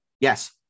Yes